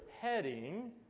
heading